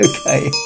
Okay